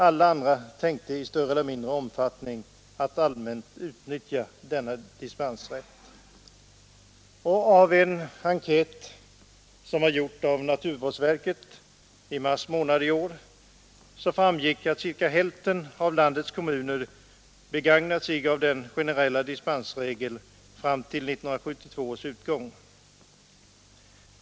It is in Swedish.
Alla andra tänkte i större eller mindre om fattning använda denna dispensrätt. Av en enkät, som gjordes av naturvårdsverket i mars månad i år, framgick att ca hälften av landets kommuner begagnat den generella dispensrätten fram till 1972 års utgång.